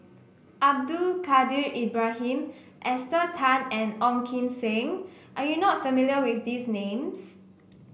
Abdul Kadir Ibrahim Esther Tan and Ong Kim Seng are you not familiar with these names